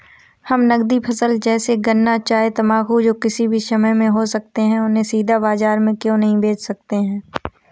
हम नगदी फसल जैसे गन्ना चाय तंबाकू जो किसी भी समय में हो सकते हैं उन्हें सीधा बाजार में क्यो नहीं बेच सकते हैं?